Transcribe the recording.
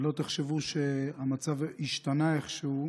שלא תחשבו שהמצב השתנה איכשהו,